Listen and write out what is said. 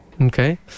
Okay